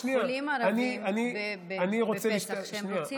אבל חולים ערבים בפסח, שנייה.